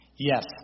Yes